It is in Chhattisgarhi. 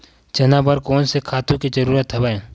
चना बर कोन से खातु के जरूरत हवय?